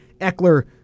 Eckler